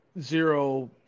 zero